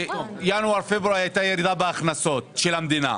בינואר-פברואר הייתה ירידה בהכנסות של המדינה.